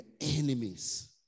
enemies